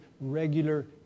regular